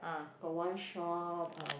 got one shop uh